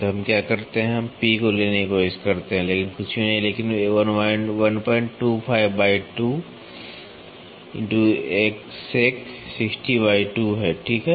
तो हम क्या करते हैं कि हम P को लेने की कोशिश करते हैं लेकिन कुछ भी नहीं है लेकिन 125 2 x sec 60 2 ठीक है